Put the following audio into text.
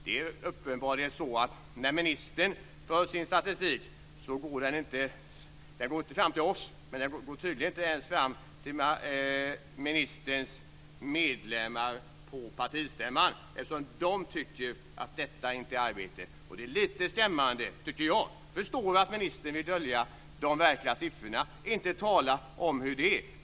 Det är uppenbarligen så att när ministern för sin statistik går den inte fram till oss. Tydligen går den inte ens fram till ministerns medlemmar på partistämman eftersom de tycker att detta inte är arbete. Det är lite skrämmande, tycker jag. Jag förstår att ministern vill dölja de verkliga siffrorna och inte tala om hur det är.